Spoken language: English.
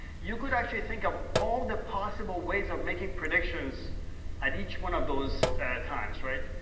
you could actually think of all the possible ways of making predictions at each one of those times, right?